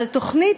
אבל תוכנית,